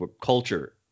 culture